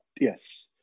yes